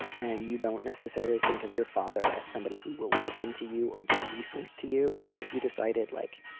and you don't necessarily think of your father as somebody who will listen to you or be a resource to you. so if you decided, like,